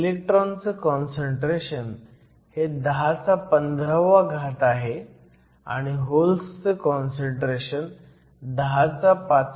आता इलेक्ट्रॉनचं काँसंट्रेशन हे 1015 आहे आणि होल्सचं काँसंट्रेशन 105 आहे